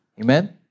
Amen